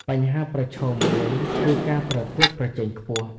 បញ្ហាប្រឈមមួយគឺ ការប្រកួតប្រជែងខ្ពស់។